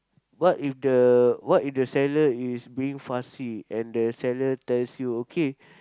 what if the what if the seller is being fussy and the seller tells you okay